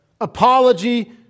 apology